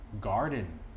garden